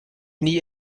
nie